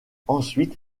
ensuite